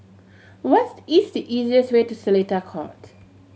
what's easiest way to Seletar Court